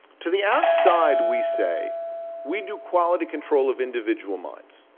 to the outside we say we do quality control of individual minds.